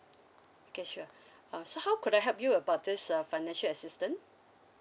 okay sure uh so how could I help you about this uh financial assistance